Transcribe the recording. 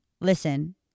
Listen